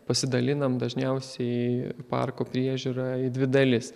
pasidalinam dažniausiai parko priežiūrą į dvi dalis